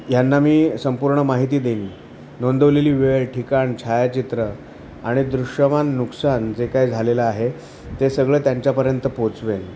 यांना मी संपूर्ण माहिती देईन नोंदवलेली वेळ ठिकाण छायाचित्र आणि दृश्यमान नुकसान जे काय झालेलं आहे ते सगळे त्यांच्यापर्यंत पोचवेन